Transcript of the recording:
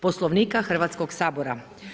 Poslovnika Hrvatskog sabora.